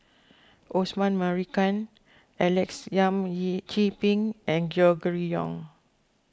Osman Merican Alex Yam Ziming and Gregory Yong